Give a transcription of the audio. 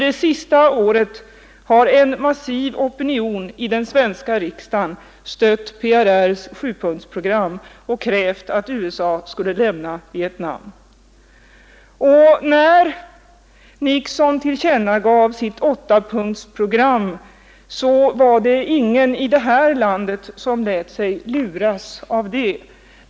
Det senaste året har en massiv majoritet i den svenska riksdagen stött PRR:s sjupunktsprogram och kravet att USA skall lämna Vietnam. När Nixon tillkännagav sitt åttapunktsprogram var det ingen i detta land som lät sig luras av det.